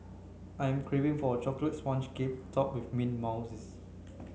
I am craving for a chocolate sponge cake top with mint